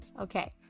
Okay